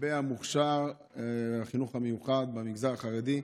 לגבי המוכש"ר, החינוך המיוחד במגזר החרדי,